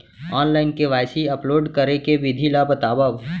Online KYC upload करे के विधि ला बतावव?